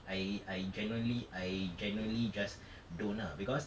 I I genuinely I genuinely just don't ah because